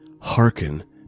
Hearken